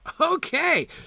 Okay